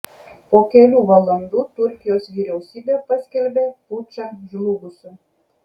po kelių valandų turkijos vyriausybė paskelbė pučą žlugusiu